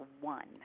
one